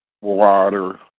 water